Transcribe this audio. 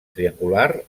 triangular